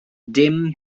dim